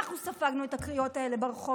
אנחנו ספגנו אחר כך את הקריאות האלה ברחוב.